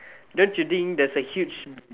don't you think that's a huge